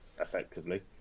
effectively